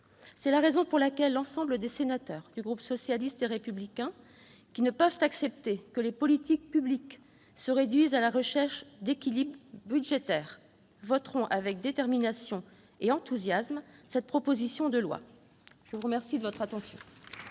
C'est la raison pour laquelle l'ensemble des sénateurs du groupe socialiste et républicain, qui ne peuvent accepter que les politiques publiques se réduisent à la recherche d'équilibres budgétaires, voteront avec détermination et enthousiasme cette proposition de loi. La parole est à Mme Véronique